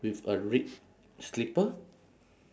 with a red slipper